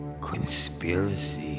conspiracy